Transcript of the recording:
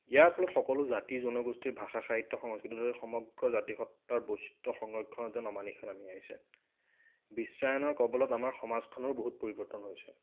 ইয়াৰ ফলত সকলো জাতি জনগোষ্ঠীৰ ভাষা সাহিত্য সংস্কৃৃতিতে সমগ্ৰ জাতি সত্বাৰ বৈচিত্ৰ সংৰক্ষণতে অমানিশা নামি আহিছে বিশ্বায়নৰ কৱলত আমাৰ সমাজখনৰো বহুত পৰিৱৰ্তন হৈছে